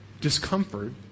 discomfort